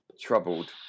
Troubled